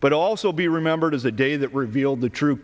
but also be remembered as a day that revealed the true